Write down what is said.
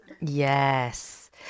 Yes